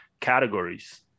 categories